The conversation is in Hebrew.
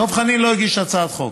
דב חנין לא הגיש הצעת חוק,